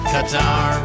Qatar